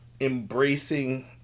embracing